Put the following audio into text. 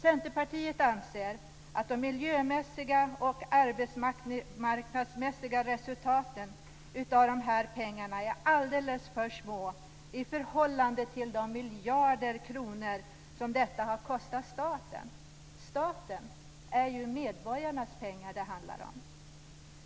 Centerpartiet anser att de miljömässiga och arbetsmarknadsmässiga resultaten av dessa pengar är alldeles för små i förhållande till de miljarder kronor som detta har kostat staten. Det är ju medborgarnas pengar det handlar om.